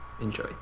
Enjoy